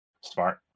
Smart